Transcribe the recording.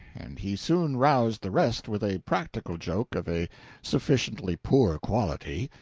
and he soon roused the rest with a practical joke of a sufficiently poor quality.